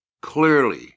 clearly